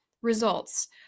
results